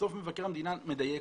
בסוף מבקר המדינה מדייק